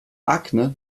akne